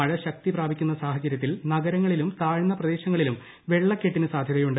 മഴ ശക്തി പ്രാപിക്കുന്ന സാഹചര്യത്തിൽ നഗരങ്ങളിലും താഴ്ന്ന പ്രദേശങ്ങളിലും വെള്ളക്കെട്ടിന് സ്റ്റാധ്യതയുണ്ട്